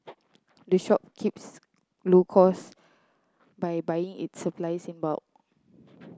the shop keeps low cost by buying its supply in bulk